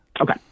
Okay